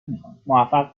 میخوامموفق